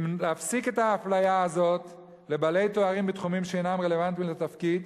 להפסיק את האפליה הזאת של בעלי תארים בתחומים שאינם רלוונטיים לתפקיד,